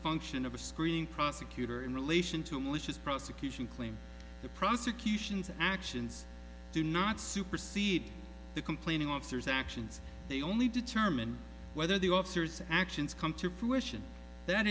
function of a screening prosecutor in relation to malicious prosecution claim the prosecution's actions do not supersede the complaining officer's actions they only determine whether the officer's actions